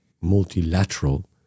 multilateral